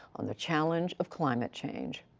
on the challenge of climate change.